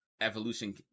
evolution